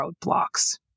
roadblocks